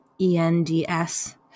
E-N-D-S